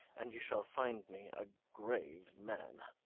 and you shall find me a grave man.